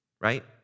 right